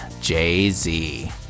Jay-Z